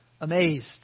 amazed